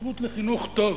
הזכות לחינוך טוב.